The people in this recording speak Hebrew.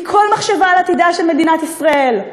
כל מחשבה על עתידה של מדינת ישראל?